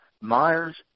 Myers